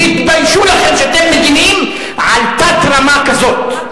תתביישו לכם שאתם מגינים על תת-רמה כזאת,